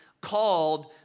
called